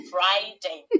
Friday